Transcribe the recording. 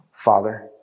Father